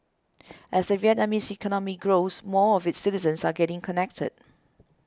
as the Vietnamese economy grows more of its citizens are getting connected